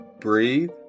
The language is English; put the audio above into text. breathe